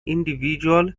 individual